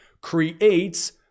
creates